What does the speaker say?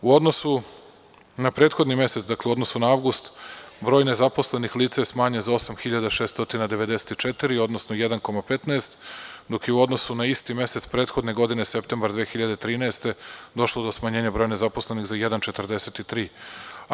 U odnosu na prethodni mesec, dakle, u odnosu na avgust, broj nezaposlenih lica je smanjen za osam hiljada 694, odnosno 1,15, dok je u odnosu na isti mesec prethodne godine, septembar 2013, došlo do smanjenja broja nezaposlenih za 1,43.